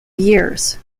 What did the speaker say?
years